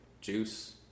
Juice